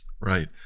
Right